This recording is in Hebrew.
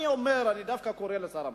אני קורא לשר המשפטים: